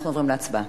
אנחנו עוברים להצבעה.